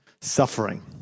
suffering